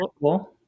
cool